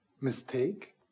mistake